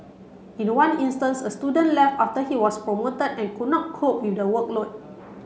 in one instance a student left after he was promoted and could not cope with the workload